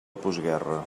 postguerra